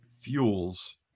fuels